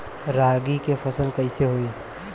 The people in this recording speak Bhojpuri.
रागी के फसल कईसे होई?